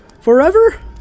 Forever